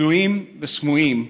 גלויים וסמויים,